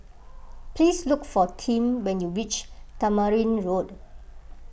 please look for Tim when you reach Tamarind Road